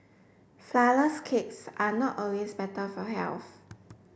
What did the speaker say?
flourless cakes are not always better for health